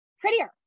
prettier